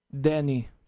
Danny